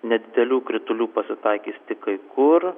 nedidelių kritulių pasitaikys tik kai kur